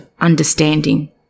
understanding